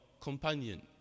companion